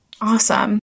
Awesome